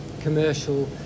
commercial